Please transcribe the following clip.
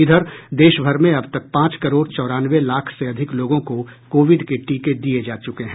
इधर देशभर में अब तक पांच करोड़ चौरानवे लाख से अधिक लोगों को कोविड के टीके दिये जा चुके हैं